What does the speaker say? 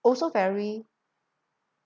also very